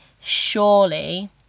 Surely